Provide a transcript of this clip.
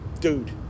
dude